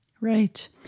right